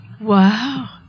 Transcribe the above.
Wow